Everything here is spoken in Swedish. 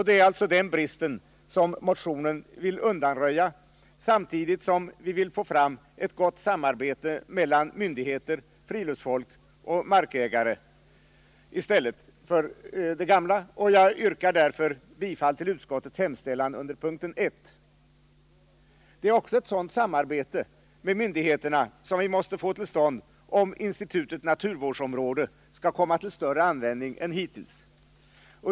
Det är alltså den bristen motionen vill undanröja, samtidigt som vi vill få fram ett gott samarbete mellan myndigheter, friluftsfolk och markägare i stället. Jag yrkar därför bifall till utskottets hemställan under mom. 1. Vi måste också få till stånd ett sådant samarbete om institutet naturvårdsområde skall komma till större användning än hittills.